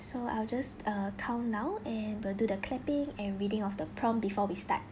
so I'll just uh count now and we'll do the clapping and reading of the prompt before we start